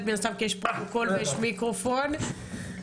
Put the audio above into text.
זאת אומרת,